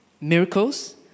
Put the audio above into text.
miracles